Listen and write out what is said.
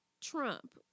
Trump